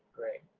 great.